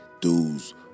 Dudes